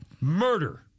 Murder